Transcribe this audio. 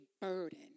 burden